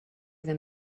them